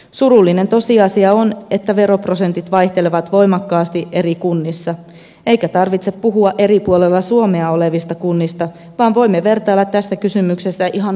surullinen tosiasia on että veroprosentit vaihtelevat voimakkaasti eri kunnissa eikä tarvitse puhua eri puolella suomea olevista kunnista vaan voimme vertailla tässä kysymyksessä ihan naapurikuntiakin